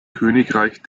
königreich